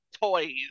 toys